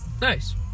Nice